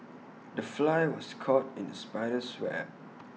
the fly was caught in the spider's web